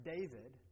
David